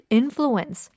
influence